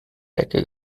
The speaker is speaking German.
decke